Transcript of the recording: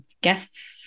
guests